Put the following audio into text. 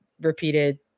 repeated